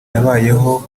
yabayeho